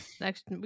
next